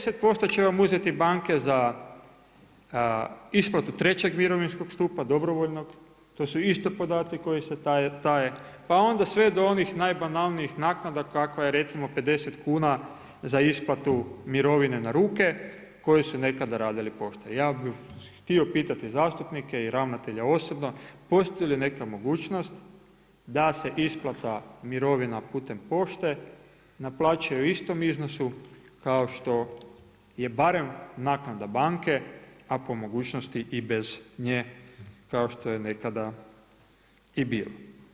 10% će vam uzeti banke za isplatu 3 mirovinskog stupa dobrovoljnog, to su isto podaci koji se taje, pa onda sve do onih najbanalnijih naknada kakva je recimo 50 kn za isplatu mirovinu na ruke, koje su nekada radili … Ja bi htio pitati zastupnike i ravnatelja osobno, postoji li neka mogućnost, da se isplata mirovina putem pošte naplaćuju u istom iznosu, kao što je barem naknada banke, a po mogućnosti bez nje, kao što je nekada i bilo.